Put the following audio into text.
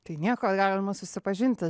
tai nieko galima susipažinti